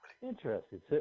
Interesting